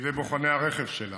ובידי בוחני הרכב שלה.